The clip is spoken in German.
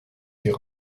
die